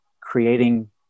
creating